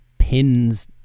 pins